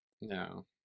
no